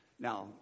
Now